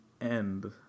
end